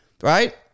right